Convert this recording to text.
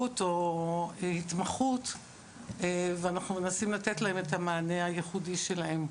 או התמחות ואנחנו מנסים לתת להם את המענה הייחודי שלהם.